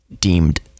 deemed